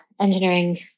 engineering